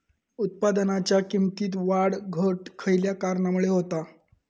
उत्पादनाच्या किमतीत वाढ घट खयल्या कारणामुळे होता?